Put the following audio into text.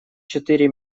четыре